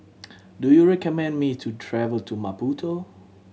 do you recommend me to travel to Maputo